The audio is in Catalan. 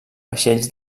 vaixells